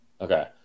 Okay